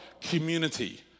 Community